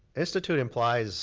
institute implies